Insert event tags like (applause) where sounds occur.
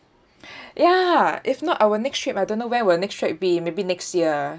(breath) ya if not our next trip I don't know when will next trip be maybe next year